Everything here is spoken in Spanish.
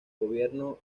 gobierno